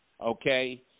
Okay